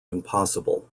impossible